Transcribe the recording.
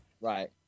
Right